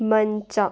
ಮಂಚ